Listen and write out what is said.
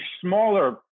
smaller